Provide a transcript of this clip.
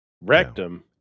Rectum